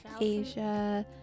asia